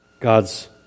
God's